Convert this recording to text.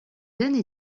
jeunes